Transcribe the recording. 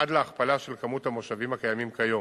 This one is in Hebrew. עד להכפלה של כמות המושבים הקיימים כיום.